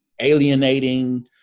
alienating